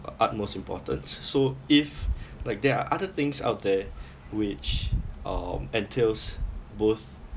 utmost important s~ so if like there are other things out there which um entails both